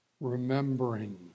remembering